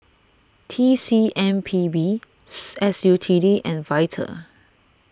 T C M P B S U T D and Vital